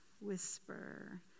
whisper